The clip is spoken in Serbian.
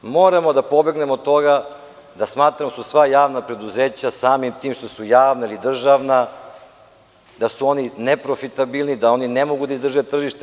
Moramo da pobegnemo od toga da smatramo da su sva javna preduzeća samim tim što su javna ili državna da su oni neprofitabilni, da oni ne mogu da izdrže tržište.